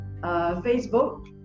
Facebook